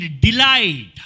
delight